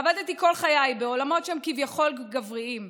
עבדתי כל חיי בעולמות שהם כביכול גבריים,